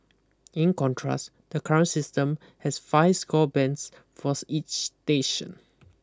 in contrast the current system has five score bands forth each station